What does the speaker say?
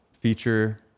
Feature